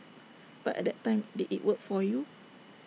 but at that time did IT work for you